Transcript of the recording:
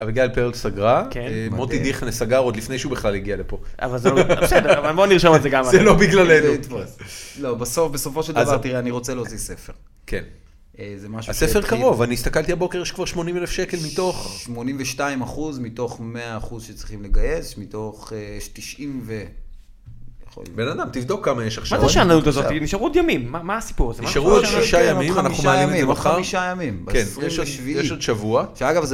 אביגיל פרלד סגרה, מוטי דיכן סגר עוד לפני שהוא בכלל הגיע לפה. אבל בסדר, בואו נרשום את זה גם. זה לא בגללנו. לא, בסוף בסופו של דבר, תראה, אני רוצה להוציא ספר. כן. זה משהו ש... הספר קרוב, אני הסתכלתי בבוקר, יש כבר 80 אלף שקל מתוך.. 82 אחוז, מתוך 100 אחוז שצריכים לגייס, מתוך 90 ו... בן אדם, תבדוק כמה יש עכשיו. מה זה השאננות הזאת? נשארו עוד ימים, מה הסיפור הזה? נשארו עוד שישה ימים, אנחנו מעלים את זה מחר. כן, יש עוד שבוע.